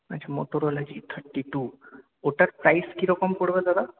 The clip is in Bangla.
আচ্ছা মোটোরোলা জি থার্টি টু ওটার প্রাইস কিরকম পড়বে দাদা